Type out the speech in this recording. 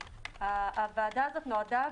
הוועדה הזאת נועדה,